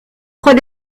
trois